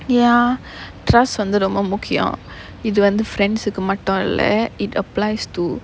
ya trust வந்து ரொம்ப முக்கியம் இது வந்து:vanthu romba mukkiyam ithu vanthu friends மட்டுல்ல:mattulla it applies to